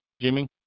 Jimmy